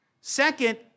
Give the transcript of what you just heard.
Second